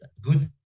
good